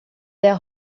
their